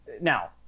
Now